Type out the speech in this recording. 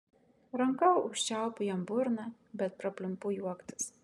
ranka užčiaupiu jam burną bet prapliumpu juoktis